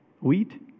Wheat